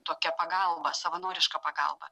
tokia pagalba savanoriška pagalba